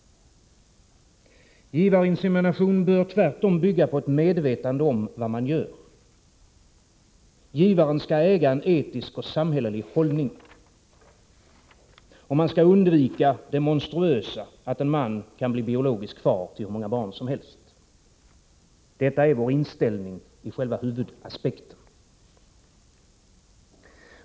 Givarinsemination bör tvärtom bygga på ett medvetande om vad man gör. Givaren skall äga en etisk och samhällelig hållning. Och man skall undvika det monstruösa att en man blir biologisk far till hur många barn som helst. Detta är vår inställning i själva huvudaspekten.